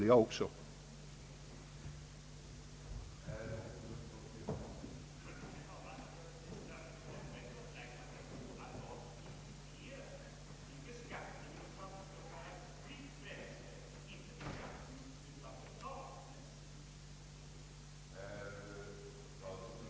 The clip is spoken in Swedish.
Fråga då också vad de borgerliga menar!